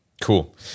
Cool